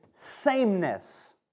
sameness